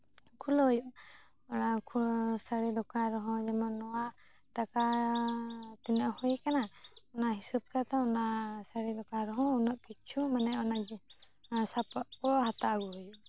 ᱠᱷᱩᱞᱟᱹᱣ ᱦᱩᱭᱩᱜᱼᱟ ᱚᱱᱟ ᱠᱚᱱᱚ ᱥᱟᱹᱲᱤ ᱫᱚᱠᱟᱱ ᱨᱮᱦᱚᱸ ᱡᱮᱢᱚᱱ ᱱᱚᱣᱟ ᱴᱟᱠᱟ ᱛᱤᱱᱟᱹᱜ ᱦᱩᱭ ᱟᱠᱟᱱᱟ ᱚᱱᱟ ᱦᱤᱥᱟᱹᱵ ᱠᱟᱛᱮᱜ ᱚᱱᱟ ᱥᱟᱹᱲᱤ ᱫᱚᱠᱟᱱ ᱨᱮᱦᱚᱸ ᱩᱱᱟᱹᱜ ᱠᱤᱪᱷᱩ ᱢᱟᱱᱮ ᱥᱟᱯᱟᱯ ᱠᱚ ᱦᱟᱛᱟᱣ ᱟᱹᱜᱩ ᱦᱩᱭᱩᱜᱼᱟ